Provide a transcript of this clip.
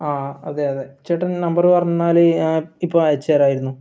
ആ അതെ അതെ ചേട്ടൻ നമ്പറ് പറഞ്ഞാൽ ഞാൻ ഇപ്പം അയച്ചു തരാമായിരുന്നു